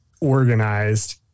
organized